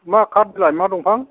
मा काथ बिलाय मा दंफां